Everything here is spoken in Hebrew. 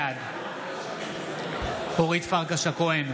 בעד אורית פרקש הכהן,